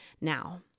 now